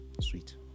Sweet